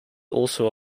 also